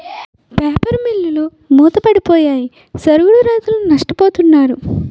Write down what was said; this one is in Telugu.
పేపర్ మిల్లులు మూతపడిపోయి సరుగుడు రైతులు నష్టపోతున్నారు